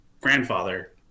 grandfather